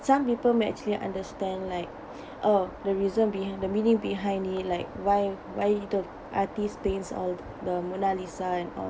some people may actually understand like oh the reason behind the meaning behind it like why why the artist paints all the mona lisa and all